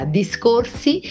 discorsi